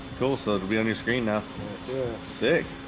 cool so it'll be on your screen now sick